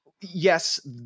Yes